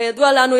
כידוע לנו,